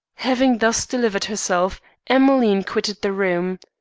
having thus delivered herself emmeline quitted the room.